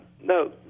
No